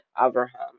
Abraham